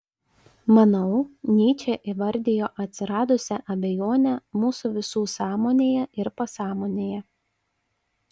manau nyčė įvardijo atsiradusią abejonę mūsų visų sąmonėje ir pasąmonėje